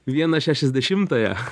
vieną šešiasdešimtąją